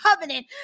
covenant